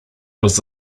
was